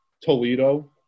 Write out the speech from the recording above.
Toledo